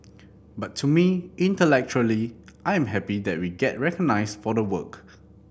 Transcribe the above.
but to me intellectually I am happy that we get recognised for the work